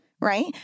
right